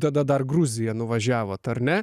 tada dar gruziją nuvažiavot ar ne